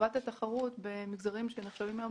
והרחבת התחרות במגזרים שנחשבים היום